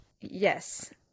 Yes